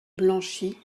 blanchie